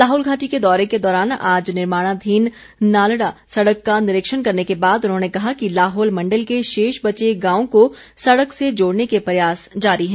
लाहौल घाटी के दौरे के दौरान आज निर्माणाधीन नालडा सड़क का निरीक्षण करने के बाद उन्होंने कहा कि लाहौल मण्डल के शेष बचे गांवों को सड़क से जोड़ने के प्रयास जारी हैं